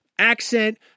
Accent